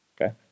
okay